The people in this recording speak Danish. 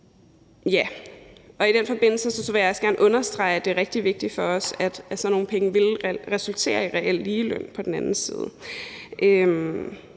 med. I den forbindelse vil jeg også gerne understrege, at det er rigtig vigtigt for os, at sådan nogle penge resulterer i, at der kommer reel ligeløn på den anden side.